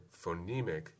phonemic